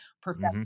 perfect